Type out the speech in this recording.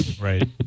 Right